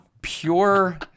Pure